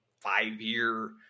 five-year